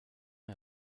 ait